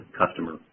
customer